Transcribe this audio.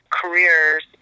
careers